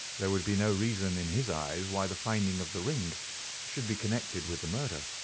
there would be no reason in his eyes why the finding of the ring should be connected with the murder.